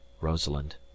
Rosalind